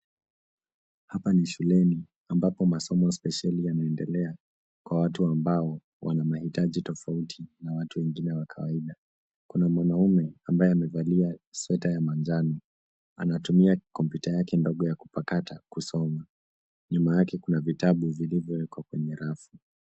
Hapa ni shuleni, ambapo masomo spesheli yanaendelea kwa watu ambao wana mahitaji spesheli na watu wengine wa kawaida. Kuna mwanaume amevalia sweta ya manjano, anatumia kompyuta yake ndogo ya kupakata kusoma. Nyuma yake kuna vitabu vilivyowekwa kwenye rafu.